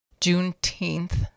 Juneteenth